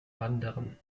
wandern